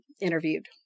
interviewed